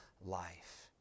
life